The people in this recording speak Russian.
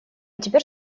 теперь